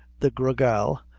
the gra gal,